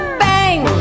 bang